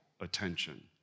attention